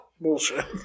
Bullshit